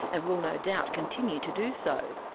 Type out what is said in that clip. and will no doubt continue to do so.